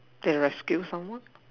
they rescue someone